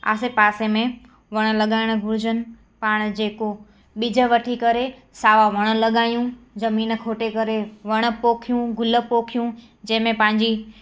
आसे पासे में वण लॻाइणु घुरिजनि पाण जेको ॿिज वठी करे सावा वण लॻायूं जमीन खोटे करे वण पोखियूं गुल पोखियूं जंहिंमें पंहिंजी